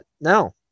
No